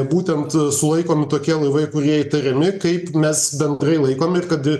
būtent sulaikomi tokie laivai kurie įtariami kaip mes bendrai laikom ir kad